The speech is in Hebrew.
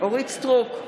אורית מלכה סטרוק,